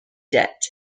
debt